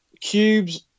cubes